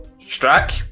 Strack